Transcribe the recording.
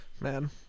Man